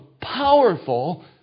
powerful